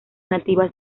nativas